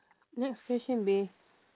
next question bae